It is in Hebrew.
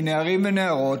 מנערים ונערות,